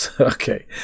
Okay